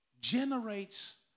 generates